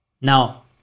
Now